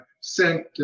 sent